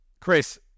Chris